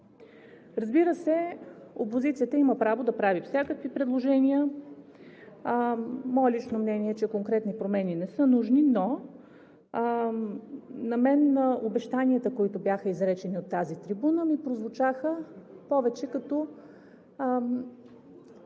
Разбира се, опозицията има право да прави всякакви предложения. Мое лично мнение е, че конкретни промени не са нужни, но на мен обещанията, които бяха изречени от тази трибуна, ми прозвучаха повече като